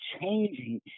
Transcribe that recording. changing